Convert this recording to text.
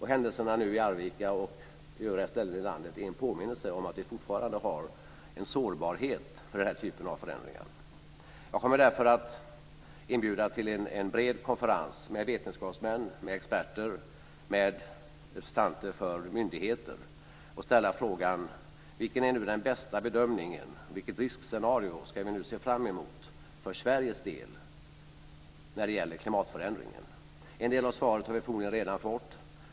Händelserna i Arvika och övriga ställen i landet är en påminnelse om att vi fortfarande har en sårbarhet för den typen av förändringar. Jag kommer därför att inbjuda till en bred konferens med vetenskapsmän, med experter, med representanter för myndigheter, och ställa frågan om vilken den bästa bedömningen är, vilket riskscenario vi ska se fram mot för Sveriges del när det gäller klimatförändringen. En del av svaret har vi troligen redan fått.